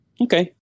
Okay